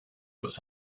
was